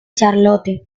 charlotte